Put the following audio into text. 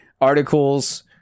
articles